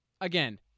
again